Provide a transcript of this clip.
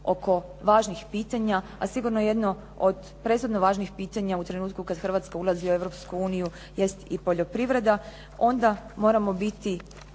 oko važnih pitanja, a sigurno je jedno od presudno važnih pitanja u trenutku kada Hrvatska ulazi u Europsku uniju jest i poljoprivreda onda moramo biti